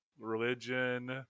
religion